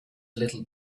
little